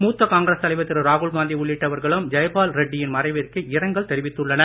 மூத்த காங்கிரஸ் தலைவர் திரு ராகுல்காந்தி உள்ளிட்டவர்களும் ஜெயபால் ரெட்டியின் மறைவிற்கு இரங்கல் தெரிவித்துள்ளனர்